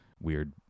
weird